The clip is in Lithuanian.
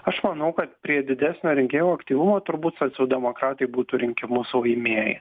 aš manau kad prie didesnio rinkėjų aktyvumo turbūt socialdemokratai būtų rinkimus laimėję